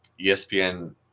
ESPN